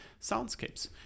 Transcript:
soundscapes